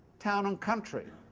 town and country.